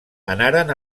anaren